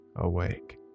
awake